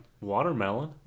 watermelon